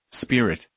spirit